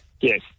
Yes